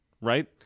right